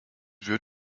wird